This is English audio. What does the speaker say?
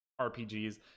rpgs